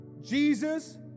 Jesus